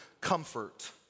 comfort